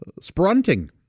sprunting